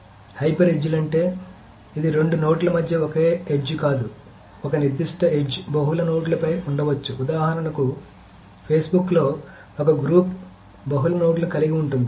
కాబట్టి హైపర్ ఎడ్జ్లు అంటే ఇది రెండు నోడ్ల మధ్య ఒకే ఎడ్జ్ కాదు ఒక నిర్దిష్ట ఎడ్జ్ బహుళ నోడ్లపై ఉండవచ్చు ఉదాహరణకు ఫేస్బుక్లో ఒక గ్రూప్ బహుళ నోడ్లను కలిగి ఉంటుంది